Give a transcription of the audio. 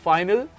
Final